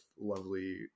lovely